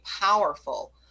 powerful